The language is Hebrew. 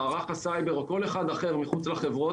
מערך הסייבר או כל אחד אחר מחוץ לחברות,